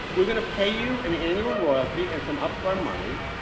we're going to pay you an annual royalty and some upfront money,